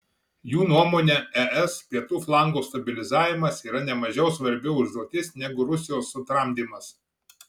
jų nuomone es pietų flango stabilizavimas yra nemažiau svarbi užduotis negu rusijos sutramdymas